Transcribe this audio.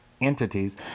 entities